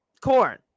Corn